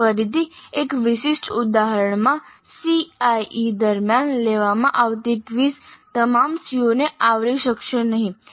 અહીં ફરીથી એક વિશિષ્ટ ઉદાહરણમાં CIE દરમિયાન લેવામાં આવતી ક્વિઝ તમામ CO ને આવરી શકશે નહીં